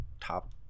top